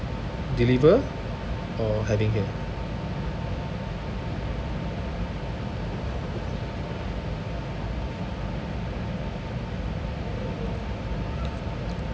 deliver or having here